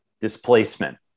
displacement